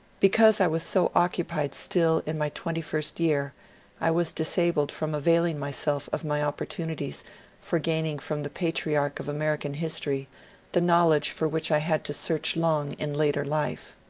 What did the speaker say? because i was so occupied still in my twenty-first year i was disabled from availing myself of my opportunities for gaining from the patriarch of american history the knowledge for which i had to search long in later life.